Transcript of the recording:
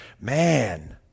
man